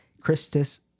Christus